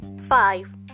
Five